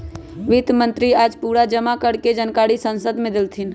वित्त मंत्री आज पूरा जमा कर के जानकारी संसद मे देलथिन